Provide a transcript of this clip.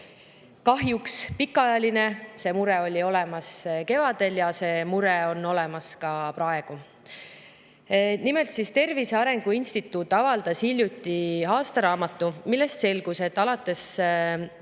kahjuks pikaajaline, see mure oli olemas kevadel ja see mure on olemas ka praegu. Nimelt, Tervise Arengu Instituut avaldas hiljuti aastaraamatu, millest selgus, et alates 2018.